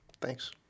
thanks